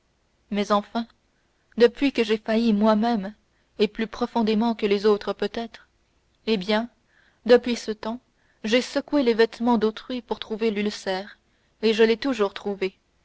mais enfin depuis que j'ai failli moi-même et plus profondément que les autres peut-être eh bien depuis ce temps j'ai secoué les vêtements d'autrui pour trouver l'ulcère et je l'ai toujours trouvé